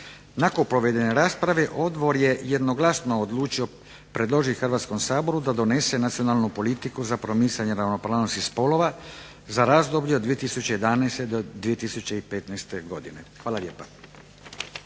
Nakon provedene rasprave odbor je jednoglasno odlučio predložiti Hrvatskom saboru da donese Nacionalnu politiku za promicanje ravnopravnosti spolova za razdoblje od 2011. do 2015. godine. Hvala lijepa.